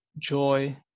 joy